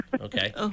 Okay